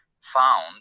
found